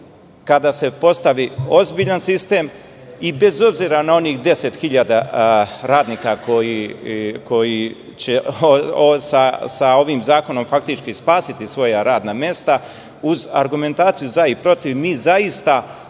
kada se postavi ozbiljan sistem i, bez obzira na onih 10.000 radnika koji će sa ovim zakonom faktički spasiti svoja radna mesta, uz argumentaciju za i protiv, mi zaista